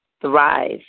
thrive